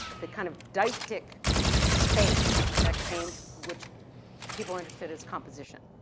the kind of dichotic space that came which people understood as composition.